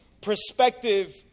perspective